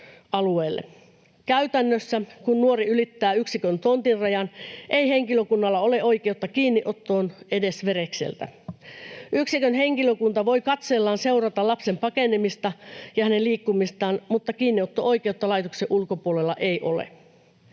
Käytännössä, kun nuori ylittää yksikön tontin rajan, ei henkilökunnalla ole oikeutta kiinniottoon edes verekseltä. Yksikön henkilökunta voi katseellaan seurata lapsen pakenemista ja hänen liikkumistaan, mutta kiinniotto-oikeutta laitoksen ulkopuolella ei ole.